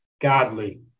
godly